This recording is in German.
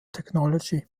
technology